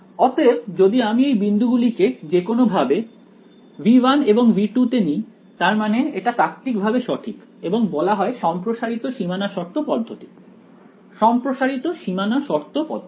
অতএব যদি আমি এই বিন্দুগুলিকে যেকোনোভাবে V1 এবং V2 তে নিই তার মানে এটি তাত্ত্বিকভাবে সঠিক এবং বলা হয় সম্প্রসারিত সীমানা শর্ত পদ্ধতি সম্প্রসারিত সীমানা শর্ত পদ্ধতি